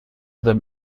them